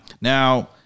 Now